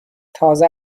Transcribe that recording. تازه